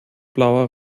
blauer